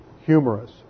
humorous